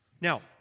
Now